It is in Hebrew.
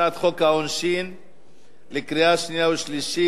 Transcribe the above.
הצעת חוק העונשין (תיקון מס' 109) קריאה שנייה ושלישית.